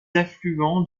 affluent